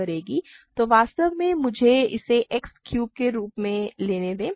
तो वास्तव में मुझे इसे X क्यूब के रूप में लेने दें